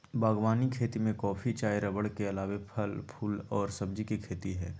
बागवानी खेती में कॉफी, चाय रबड़ के अलावे फल, फूल आर सब्जी के खेती हई